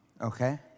okay